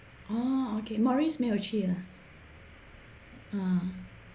orh okay maurice 没有去啦